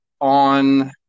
on